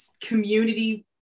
community